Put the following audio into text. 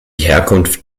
herkunft